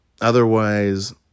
otherwise